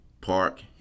park